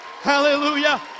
Hallelujah